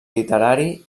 literari